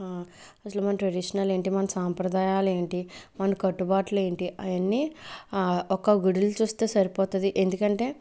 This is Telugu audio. అసలు మన ట్రెడిషనల్ ఏంటి మన సాంప్రదాయాలేంటి మన కట్టుబాట్లు ఏంటి అయన్నీ ఒక్క గుడులు చూస్తే సరిపోతది ఎందుకంటే